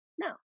no